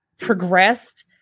progressed